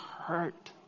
hurt